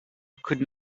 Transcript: could